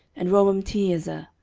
and romamtiezer,